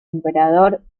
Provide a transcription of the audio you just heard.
emperador